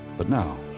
but now,